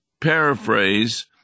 paraphrase